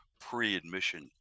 pre-admission